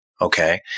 Okay